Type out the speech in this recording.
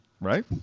Right